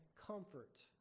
comfort